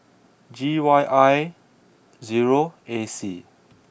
G Y I zero A C